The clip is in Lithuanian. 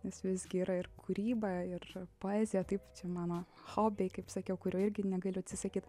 nes visgi yra ir kūryba ir poezija taip čia mano hobiai kaip sakiau kurių irgi negaliu atsisakyt